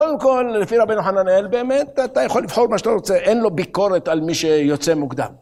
קודם כל, לפי רבינו חננאל באמת, אתה יכול לבחור מה שאתה רוצה, אין לו ביקורת על מי שיוצא מוקדם.